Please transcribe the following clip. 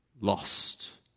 lost